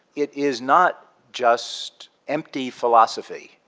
it is not just empty philosophy.